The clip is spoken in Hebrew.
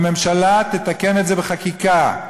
הממשלה תתקן את זה בחקיקה.